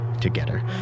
together